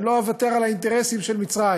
אני לא אוותר על האינטרסים של מצרים,